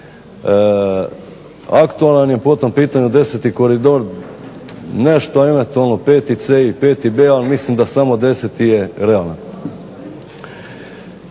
Aktualan je po tom pitanju 10. koridor, nešto eventualno 5C i 5B ali mislim da samo 10. je realan.